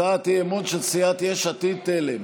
הצעת אי-אמון של סיעת יש עתיד-תל"ם.